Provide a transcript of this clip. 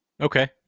Okay